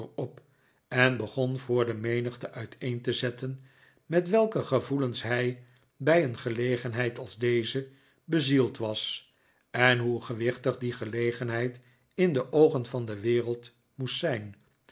op en begon voor de menigte uiteen te zetten met welke gevoelens hij bij een gelegenheid als deze bezield was en hoe gewichtig die gelegenheid in de oogen van de wereld moest zijn